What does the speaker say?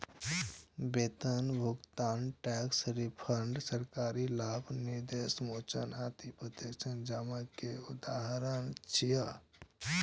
वेतन भुगतान, tax refund, सरकारी लाभ, निवेश मोचन आदि प्रत्यक्ष जमा के उदाहरण छियै